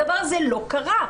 הדבר הזה לא קרה.